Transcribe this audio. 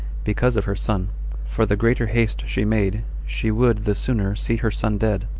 because of her son for the greater haste she made, she would the sooner see her son dead,